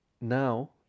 now